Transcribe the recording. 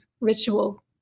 ritual